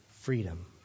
freedom